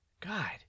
God